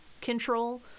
control